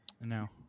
No